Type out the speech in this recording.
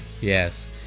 Yes